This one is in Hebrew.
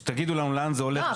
כשתגידו לנו לאן זה הולך,